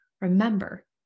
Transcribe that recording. remember